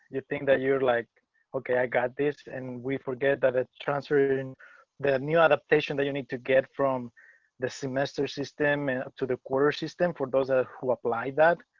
you think that you'd like okay i got this and we forget that it's translated in the new adaptation that you need to get from the semester system to the quarter system for those ah who applied that